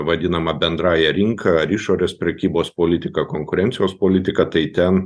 vadinama bendrąja rinka ar išorės prekybos politika konkurencijos politika tai ten